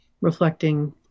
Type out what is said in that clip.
reflecting